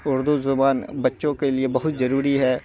اردو زبان بچوں کے لیے بہت ضروری ہے